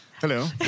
Hello